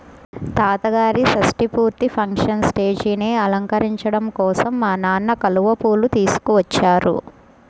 తాతగారి షష్టి పూర్తి ఫంక్షన్ స్టేజీని అలంకరించడం కోసం మా నాన్న కలువ పూలు తీసుకొచ్చారు